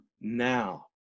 now